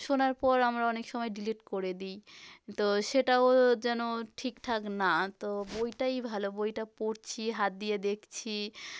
শোনার পর আমরা অনেক সময় ডিলিট করে দিই তো সেটাও যেন ঠিকঠাক না তো বইটাই ভালো বইটা পড়ছি হাত দিয়ে দেখছি